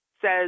says